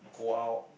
go out